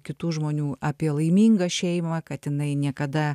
kitų žmonių apie laimingą šeimą kad jinai niekada